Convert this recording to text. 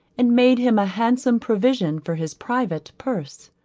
and made him a handsome provision for his private purse.